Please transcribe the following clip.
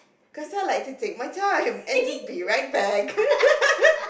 cause I like to take my time and just be right back